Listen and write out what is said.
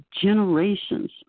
generations